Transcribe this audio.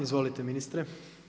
Izvolite ministre.